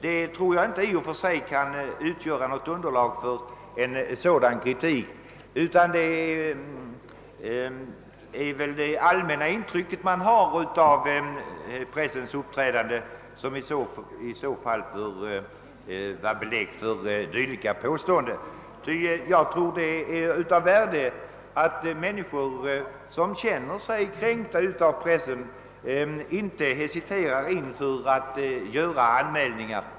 Detta tycker jag i och för sig inte kan utgöra underlag för kritik av pressen, utan det är väl det allmänna intryck man har av pressens uppträdande som ligger till grund för dylika påståenden. Jag tror det är av värde att människor som känner sig kränkta av pressen inte hesiterar inför att göra anmälningar.